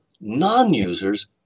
non-users